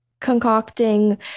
concocting